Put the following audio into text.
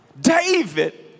David